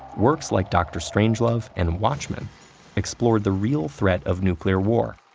works like dr. strangelove and watchmen explored the real threat of nuclear war,